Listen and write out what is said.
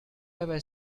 ever